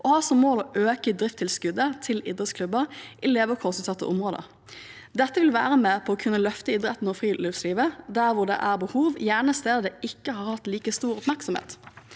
og ha som mål å øke driftstilskuddet til idrettsklubber i levekårsutsatte områder». Dette vil være med på å kunne løfte idrett og friluftsliv der det er behov, gjerne på steder der det ikke har hatt like stor oppmerksomhet.